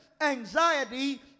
anxiety